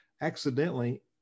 accidentally